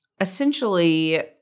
essentially